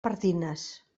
pardines